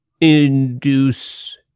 induce